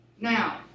Now